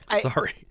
sorry